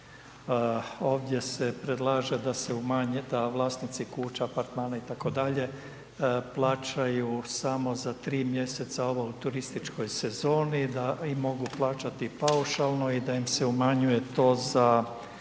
ovdje se predlaže da se umanji da vlasnici kuća, apartmana itd. plaćaju samo za 3 mjeseca ovo u turističkoj sezoni i mogu plaćati paušalno i da im se umanjuje to za